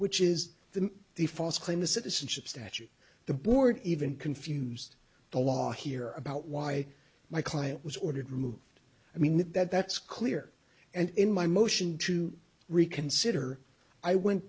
which is the the false claim the citizenship statute the board even confused the law here about why my client was ordered removed i mean that that's clear and in my motion to reconsider i went